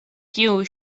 kiu